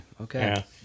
Okay